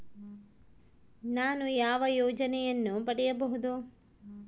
ನಾನು ಯಾವ ಯೋಜನೆಯನ್ನು ಪಡೆಯಬಹುದು?